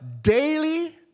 daily